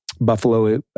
Buffalo